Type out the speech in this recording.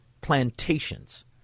plantations